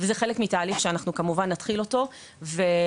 וזה חלק מתהליך שאנחנו כמובן נתחיל אותו ונבנה